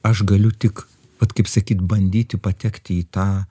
aš galiu tik vat kaip sakyt bandyti patekti į tą